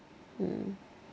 mm